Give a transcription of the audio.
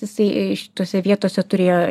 jisai šitose vietose turėjo